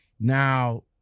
Now